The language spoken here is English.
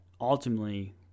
ultimately